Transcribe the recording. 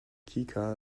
kika